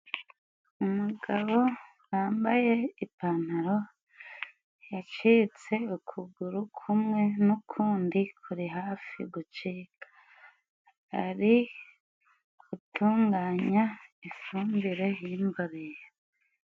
Umugabo wambaye ipantaro yacitse ukuguru kumwe n' ukundi kuri hafi gucika. Ari gutunganya ifumbire y'imborera.